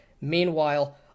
Meanwhile